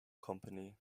company